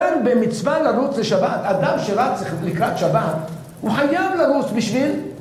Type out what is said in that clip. במצווה לרוץ לשבת, אדם שרץ לכ.. לקראת שבת, הוא חייב לרוץ בשביל?